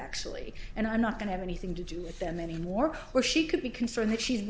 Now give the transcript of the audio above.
actually and i'm not going to have anything to do with them anymore or she could be concerned that she